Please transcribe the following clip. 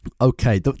okay